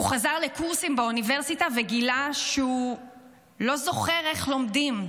הוא חזר לקורסים באוניברסיטה וגילה שהוא לא זוכר איך לומדים.